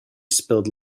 spilled